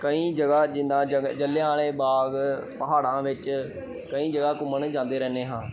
ਕਈ ਜਗ੍ਹਾ ਜਿੱਦਾਂ ਜਲ ਜਲ੍ਹਿਆਂ ਆਲੇ ਬਾਗ ਪਹਾੜਾਂ ਵਿੱਚ ਕਈ ਜਗ੍ਹਾ ਘੁੰਮਣ ਜਾਂਦੇ ਰਹਿੰਦੇ ਹਾਂ